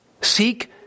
Seek